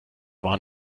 waren